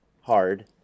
hard